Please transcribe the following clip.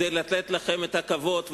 כדי לתת לכם את הכבוד ולשלם,